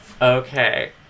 okay